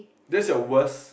that's your worst